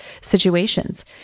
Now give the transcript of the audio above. situations